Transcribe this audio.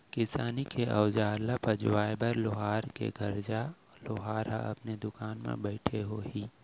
किसानी के अउजार ल पजवाए बर लोहार घर जा, लोहार ह अपने दुकान म बइठे होही